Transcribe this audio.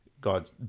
God